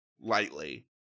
lightly